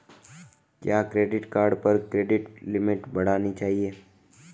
क्या credit card पर credit limit बढ़ानी चाहिए?